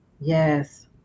Yes